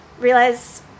realize